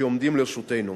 שעומדים לרשותנו.